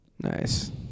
Nice